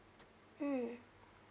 mm